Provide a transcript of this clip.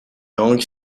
gang